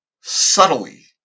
subtly